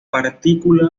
partícula